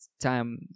time